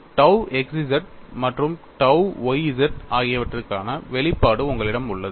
tau x z மற்றும் tau y z ஆகியவற்றுக்கான வெளிப்பாடு உங்களிடம் உள்ளது